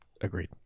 Agreed